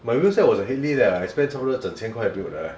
my wheel set was a hadley leh I spent 差不多整千块 build eh